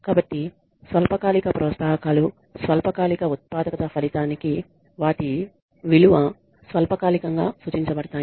కాబట్టి స్వల్పకాలిక ప్రోత్సాహకాలు స్వల్పకాలిక ఉత్పాదకత ఫలితానికి వాటి విలువ స్వల్పకాలికం గా సూచించబడతాయి